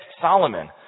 Solomon